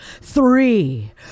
Three